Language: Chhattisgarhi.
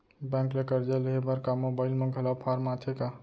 बैंक ले करजा लेहे बर का मोबाइल म घलो फार्म आथे का?